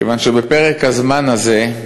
כיוון שבפרק הזמן הזה,